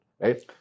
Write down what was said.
Right